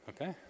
Okay